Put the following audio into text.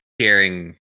sharing